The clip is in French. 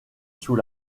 sous